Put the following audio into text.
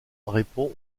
répond